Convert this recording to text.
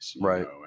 Right